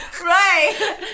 Right